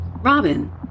Robin